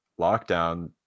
lockdown